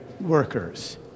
workers